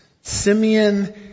Simeon